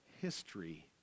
history